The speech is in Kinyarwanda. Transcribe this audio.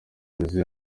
bivuye